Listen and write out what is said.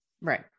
Right